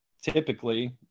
typically